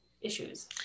issues